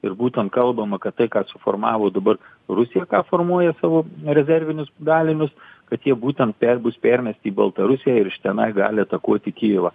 ir būtent kalbama kad tai ką suformavo dabar rusija formuoja savo rezervinius dalinius kad jie būtent per bus permesti į baltarusiją ir iš tenai gali atakuoti kijivą